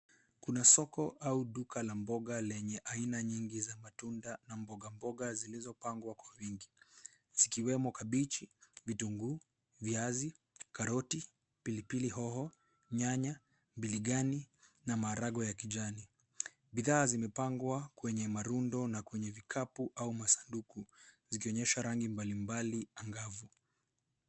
Kuna soko au duka la mboga lenye aina nyingi za matunda na mboga mboga zilizopangwa kwa wingi. Zikiwemo kabichi, vitunguu, viazi ,karoti, pilipili hoho, nyanya, biringanya na maharagwe ya kijani. Bidhaa zimepangwa kwenye marundo na kwenye vikapu au masanduku zikionyesha rangi mbalimbali angavu.